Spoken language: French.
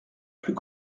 plus